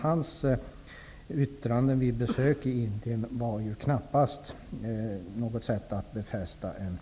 Hans yttranden vid besök i Indien var knappast ett sätt att befästa en